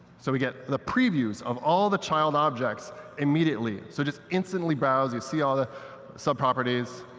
so we get the previews of all the child objects immediately. so just instantly browse, you see all the sub-properties,